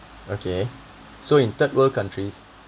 okay so in third world countries